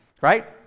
right